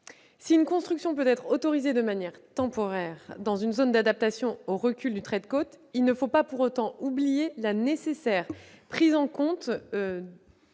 Si une construction peut être autorisée de manière temporaire dans une zone d'adaptation au recul du trait de côte, il ne faut pas pour autant oublier la nécessaire prise en compte